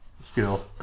skill